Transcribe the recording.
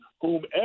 whomever